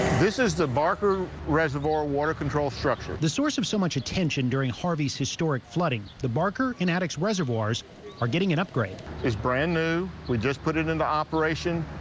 this is the barker reservoir water control structures the source of so much attention during harvey's historic flooding the barker and addicks reservoirs are getting an upgrade is brand-new we just put it in the operation.